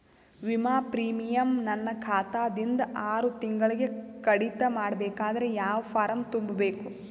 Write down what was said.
ವಿಮಾ ಪ್ರೀಮಿಯಂ ನನ್ನ ಖಾತಾ ದಿಂದ ಆರು ತಿಂಗಳಗೆ ಕಡಿತ ಮಾಡಬೇಕಾದರೆ ಯಾವ ಫಾರಂ ತುಂಬಬೇಕು?